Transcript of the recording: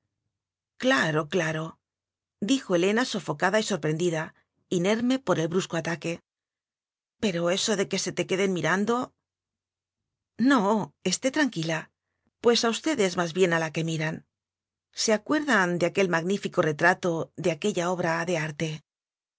claro claro dijo helena sofocada y sorprendida inerme por el brusco ataque pero eso de qué se te queden mirando no esté tranquila pues a usted es más bien a la que miran se acuerdan de aquel magnífico retrato de aquella obra de arte